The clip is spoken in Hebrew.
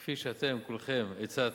כפי שאתם כולכם הצעתם,